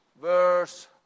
Verse